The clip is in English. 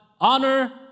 honor